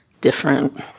different